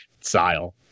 style